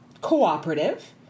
cooperative